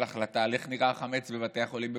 החלטה על איך נראה החמץ בבתי החולים בפסח,